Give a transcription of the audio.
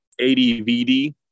ADVD